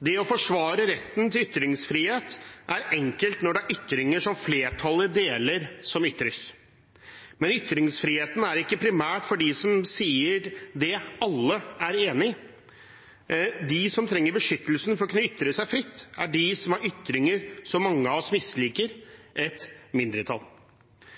Det å forsvare retten til ytringsfrihet er enkelt når det er ytringer som flertallet deler, som ytres. Men ytringsfriheten er ikke primært for dem som sier det alle er enig i. De som trenger beskyttelsen for å kunne ytre seg fritt, er de som har ytringer som mange av oss misliker: